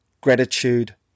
gratitude